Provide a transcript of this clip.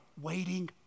waiting